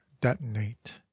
detonate